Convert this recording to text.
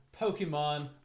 pokemon